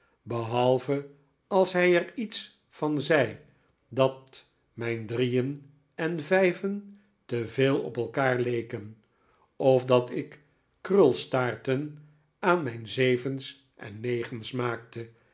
behalve als hij er iets van zei dat mijn drieen en vijven te veel op elkaar leken of dat ik krulstaarten aan mijn zevens en negens maakte